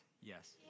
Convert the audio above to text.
yes